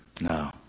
No